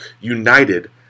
united